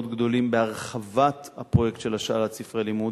גדולים בהרחבת הפרויקט של השאלת ספרי לימוד.